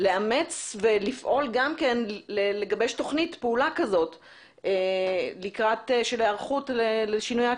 לאמץ ולפעול גם כן לגבש תוכנית פעולה כזאת של היערכות לשינויי אקלים.